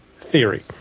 Theory